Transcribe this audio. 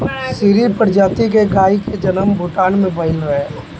सीरी प्रजाति के गाई के जनम भूटान में भइल रहे